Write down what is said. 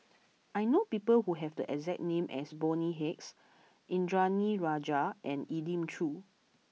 I know people who have the exact name as Bonny Hicks Indranee Rajah and Elim Chew